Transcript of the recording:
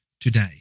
today